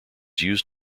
used